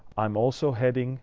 i'm also heading